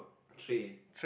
tray